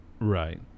Right